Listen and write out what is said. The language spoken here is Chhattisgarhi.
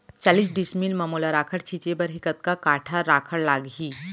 चालीस डिसमिल म मोला राखड़ छिंचे बर हे कतका काठा राखड़ लागही?